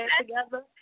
together